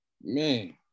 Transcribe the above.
Man